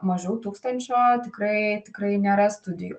mažiau tūkstančio tikrai tikrai nėra studijų